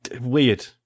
weird